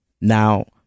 Now